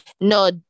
No